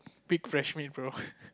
pick fresh maid mate bro